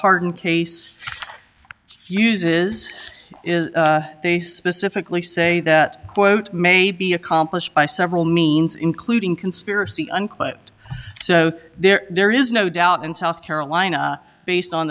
harden case uses is they specifically say that quote may be accomplished by several means including conspiracy unquote so there is no doubt in south carolina based on